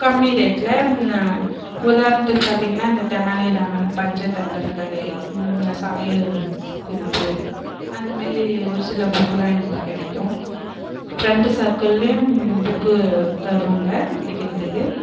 கம்மி ரேட்டில் உதாரணத்துக்கு பார்த்தீங்கனா இந்த தெனாலிராமன் பஞ்சதந்திர கதை சமையல் குறிப்பு அந்தமாரி ஒரு சில புக்குலாம் எனக்கு கிடைக்கும் ஃப்ரெண்டு சர்க்கிள்லியும் புக்கு தருவாங்க படிக்கிறதுக்கு